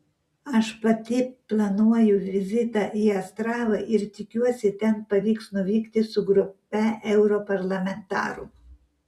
aš pati planuoju vizitą į astravą ir tikiuosi ten pavyks nuvykti su grupe europarlamentarų